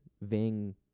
Ving